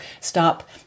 stop